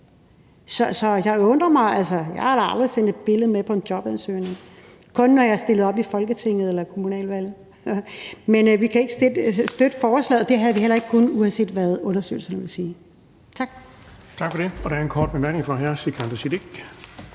Så jeg undrer mig altså. Jeg har da aldrig sendt et billede med i en jobansøgning, kun når jeg stillede op til Folketinget eller til kommunalvalg. Men vi kan ikke støtte forslag. Det havde vi heller ikke kunnet, uanset hvad undersøgelserne havde sagt. Kl.